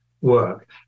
work